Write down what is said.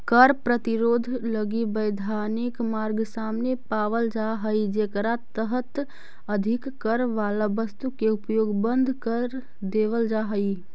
कर प्रतिरोध लगी वैधानिक मार्ग सामने पावल जा हई जेकरा तहत अधिक कर वाला वस्तु के उपयोग बंद कर देवल जा हई